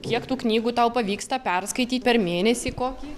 kiek tų knygų tau pavyksta perskaityt per mėnesį kokį